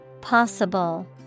possible